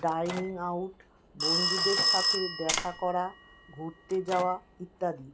dining out বন্ধুদের সাথে দেখা করা ঘুরতে যাওয়া ইত্যাদি